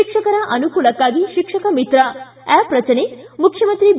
ಶಿಕ್ಷಕರ ಅನುಕೂಲಕ್ಕಾಗಿ ಶಿಕ್ಷಕ ಮಿತ್ರ ಆಪ್ ರಚನೆ ಮುಖ್ಯಮಂತ್ರಿ ಬಿ